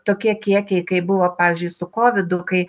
tokie kiekiai kaip buvo pavyzdžiui su kovidu kai